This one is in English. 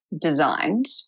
designed